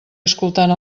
escoltant